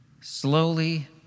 slowly